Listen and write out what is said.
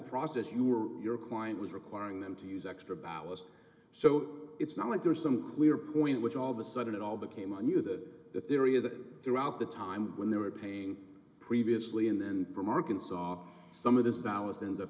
process you were your client was requiring them to use extra ballast so it's not like there's some clear point which all of a sudden it all became on you that the theory is that throughout the time when they were paying previously and then from arkansas some of this ballast ends up